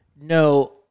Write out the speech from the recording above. No